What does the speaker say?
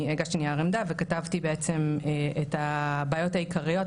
אני הגשתי נייר עמדה וגם כתבתי בעצם את הבעיות העיקריות,